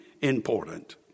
important